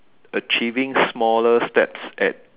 achieving smaller steps at